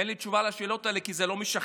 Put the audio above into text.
אין לי תשובה לשאלות האלה, כי זה לא משכנע.